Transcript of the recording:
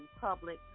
public